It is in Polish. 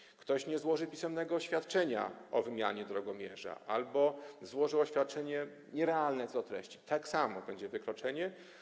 Jeżeli ktoś nie złoży pisemnego oświadczenia o wymianie drogomierza albo złoży oświadczenie nierealne co do treści, tak samo będzie to wykroczenie.